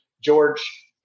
George